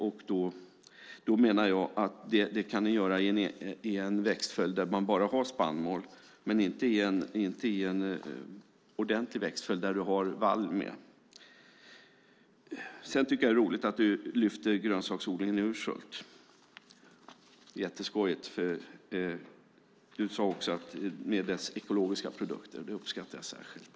Jag menar att det kan den göra i en växtföljd där man bara har spannmål men inte i en ordentlig växtföljd där man har vall med. Jag tycker också att det är roligt att Karin lyfter fram grönsaksodlingen i Urshult med deras ekologiska produkter. Det uppskattar jag särskilt!